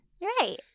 Right